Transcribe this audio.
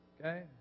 Okay